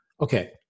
okay